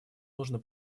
нужно